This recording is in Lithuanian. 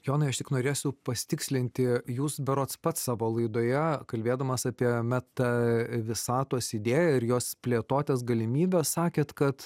jonai aš tik norėsiu pasitikslinti jūs berods pats savo laidoje kalbėdamas apie meta visatos idėją ir jos plėtotės galimybes sakėt kad